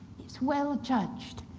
it's well judged,